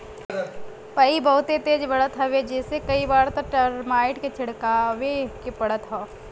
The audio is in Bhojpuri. पई बहुते तेज बढ़त हवे जेसे कई बार त टर्माइट के छिड़कवावे के पड़त हौ